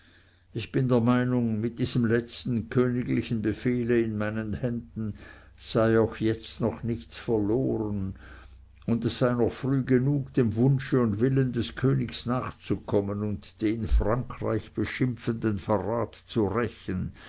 ich bin der meinung mit diesem letzten königlichen befehle in meinen händen sei auch jetzt noch nichts verloren und es sei noch früh genug dem wunsche und willen des königs nachzukommen und den frankreich beschimpfenden verrat zu rächen